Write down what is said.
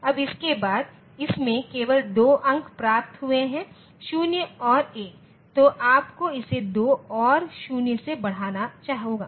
अब इसके बाद इसमें केवल 2 अंक प्राप्त हुए हैं 0 और 1 तो आपको इसे 2 और 0 से बढ़ाना होगा